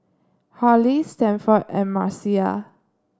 Harley Stanford and Marcia